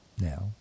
now